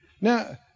Now